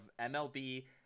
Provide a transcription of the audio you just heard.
MLB